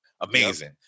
Amazing